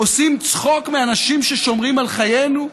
עושים צחוק מאנשים ששומרים על חיינו?